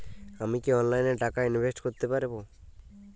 আমি কি অনলাইনে টাকা ইনভেস্ট করতে পারবো?